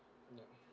ya